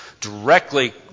Directly